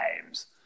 times